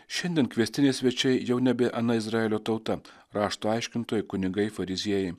šiandien kviestiniai svečiai jau nebe ana izraelio tauta rašto aiškintojai kunigai fariziejai